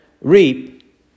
reap